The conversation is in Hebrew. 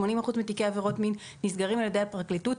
80% מתיקי עבירות המין נסגרים על ידי הפרקליטות.